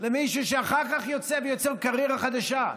למישהו שאחר כך יוצא ויוצר קריירה חדשה?